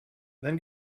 then